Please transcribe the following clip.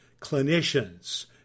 clinicians